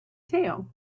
tail